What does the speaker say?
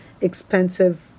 expensive